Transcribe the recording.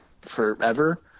forever